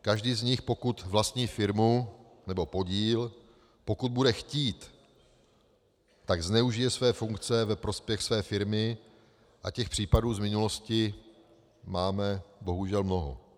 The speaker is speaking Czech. Každý z nich, pokud vlastní firmu nebo podíl, pokud bude chtít, tak zneužije své funkce ve prospěch své firmy a těch případů z minulosti máme bohužel mnoho.